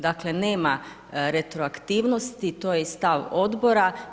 Dakle, nema retroaktivnosti, to je i stav odbora.